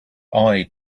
eye